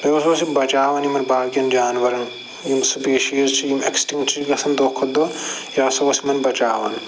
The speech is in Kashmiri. بیٚیہِ ہَسا اوس یہِ بَچاوان باقیَن جانوَرَن یِم سٕپیٖشیٖز چھِ یِم ایٚکسٹِنٛکٹ چھِ گَژھان دۄہ کھۄ دۄہ یہِ ہَسا اوس یِمن بچاوان